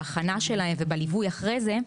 בהכנה שלהם ובליווי אחרי זה.